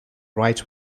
right